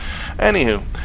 Anywho